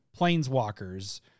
Planeswalkers